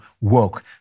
woke